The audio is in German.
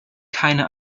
keine